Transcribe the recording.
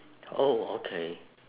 oh okay